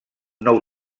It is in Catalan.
nou